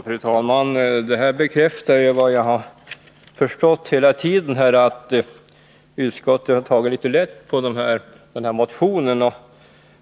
Fru talman! Vad Per Petersson säger bekräftar det jag har förstått hela tiden, nämligen att utskottet har tagit litet lätt på motionen.